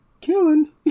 killing